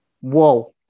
Whoa